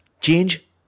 Change